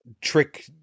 trick